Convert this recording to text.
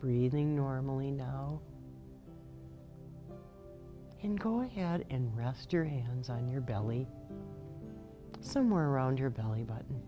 breathing normally no in go ahead and rest your hands on your belly somewhere around your belly button